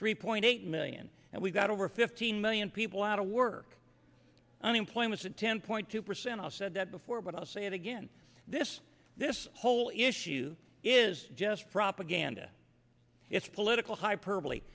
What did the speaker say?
three point eight million and we've got over fifteen million people out of work unemployment ten point two percent all said that before but i'll say it again this this whole issue is just propaganda it's political hyperbole